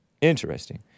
Interesting